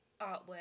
artwork